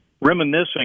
reminiscing